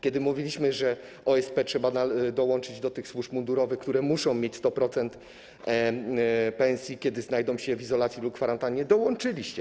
Kiedy mówiliśmy, że OSP trzeba dołączyć do tych służb mundurowych, które muszą mieć 100% pensji, kiedy znajdą się w izolacji lub kwarantannie - dołączyliście OSP.